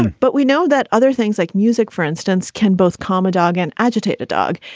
but we know that other things like music, for instance, can both common dog and agitated dog.